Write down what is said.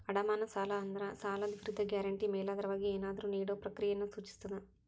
ಅಡಮಾನ ಸಾಲ ಅಂದ್ರ ಸಾಲದ್ ವಿರುದ್ಧ ಗ್ಯಾರಂಟಿ ಮೇಲಾಧಾರವಾಗಿ ಏನಾದ್ರೂ ನೇಡೊ ಪ್ರಕ್ರಿಯೆಯನ್ನ ಸೂಚಿಸ್ತದ